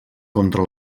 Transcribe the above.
contra